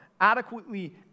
adequately